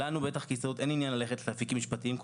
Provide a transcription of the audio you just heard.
לנו כהסתדרות אין עניין ללכת כל הזמן לאפיקים משפטיים,